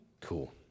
Cool